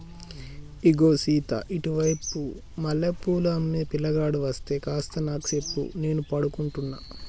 ఇగో సీత ఇటు వైపు మల్లె పూలు అమ్మే పిలగాడు అస్తే కాస్త నాకు సెప్పు నేను పడుకుంటున్న